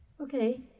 Okay